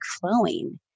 flowing